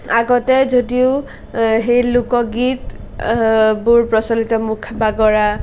আগতে যদিও আ সেই লোকগীত বোৰ প্ৰচলিত মুখ বাগৰা